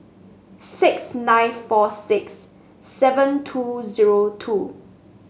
six nine four six seven two zero two